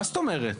מה זאת אומרת?